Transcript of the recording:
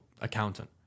accountant